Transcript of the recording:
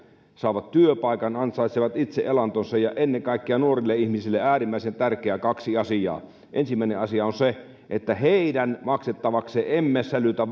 saavat työpaikan ja ansaitsevat itse elantonsa ennen kaikkea nuorille ihmisille äärimmäisen tärkeät kaksi asiaa ensimmäinen asia on se että heidän maksettavakseen emme sälytä